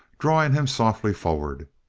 drawing him softly forward.